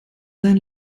sein